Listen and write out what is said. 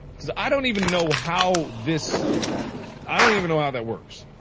cause i don't even know how this i don't even know how that works.